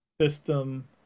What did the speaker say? system